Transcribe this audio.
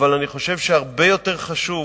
אבל אני חושב שהרבה יותר חשוב